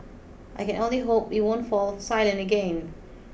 I can only hope we won't fall silent again